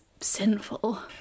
sinful